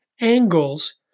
angles